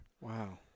Wow